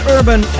Urban